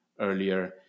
earlier